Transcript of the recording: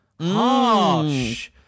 Harsh